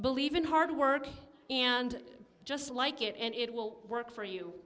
believe in hard work and just like it and it will work for you